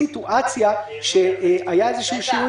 רצינו למנוע עמימות בסיטואציה שבה יש שינוי